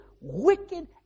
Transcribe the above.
wicked